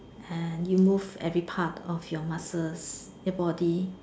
and you move every part of your muscles your body